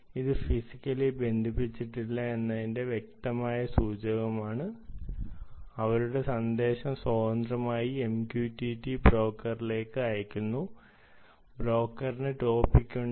ഇത് ഫിസിക്കലി ബന്ധിപ്പിച്ചിട്ടില്ല എന്നതിന്റെ വ്യക്തമായ സൂചകമാണ് അവരുടെ സന്ദേശം സ്വതന്ത്രമായി MQTT ബ്രോക്കറിലേക്ക് അയയ്ക്കുന്നു ബ്രോക്കറിന് ടോപ്പിക്ക് ഉണ്ട്